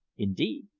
indeed,